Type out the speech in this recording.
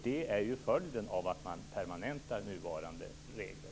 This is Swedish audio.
Det är ju följden av en permanentning av nuvarande regler.